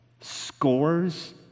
Scores